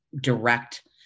direct